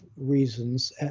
reasons